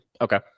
Okay